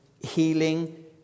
healing